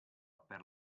per